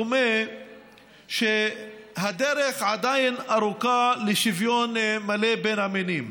דומה שהדרך עדיין ארוכה לשוויון מלא בין המינים,